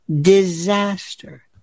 disaster